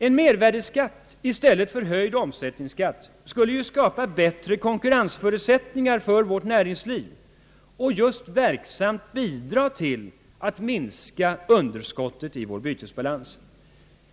En mervärdeskatt i stället för höjd omsättningsskatt skulle skapa bättre konkurrensförutsättningar för vårt näringsliv och verksamt bidraga till att minska underskottet i bytesbalansen.